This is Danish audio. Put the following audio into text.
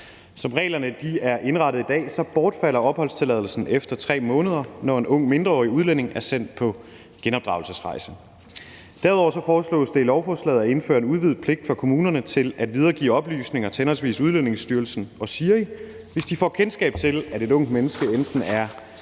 Som reglerne er indrettet i dag, bortfalder opholdstilladelsen efter 3 måneder, når en ung mindreårig udlænding er sendt på genopdragelsesrejse. Derudover foreslås det i lovforslaget at indføre en udvidet pligt for kommunerne til at videregive oplysninger til henholdsvis Udlændingestyrelsen og SIRI, hvis de får kendskab til, at et ungt menneske enten er